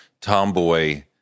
tomboy